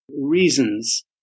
reasons